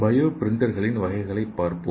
bio பிரிண்டர்களின் வகைகளைப் பார்ப்போம்